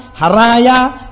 Haraya